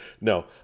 no